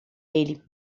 ele